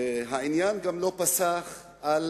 העניין גם לא פסח על